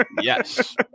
Yes